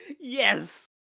yes